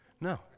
No